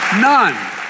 None